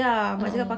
a'ah